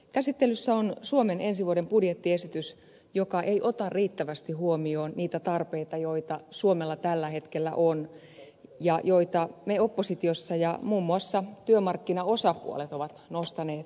käsittelyssä on suomen ensi vuoden budjettiesitys joka ei ota riittävästi huomioon niitä tarpeita joita suomessa tällä hetkellä on ja joita me oppositiossa olemme ja muun muassa työmarkkinaosapuolet ovat nostaneet esiin